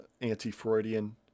anti-Freudian